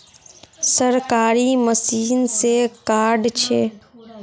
सरकारी मशीन से कार्ड छै?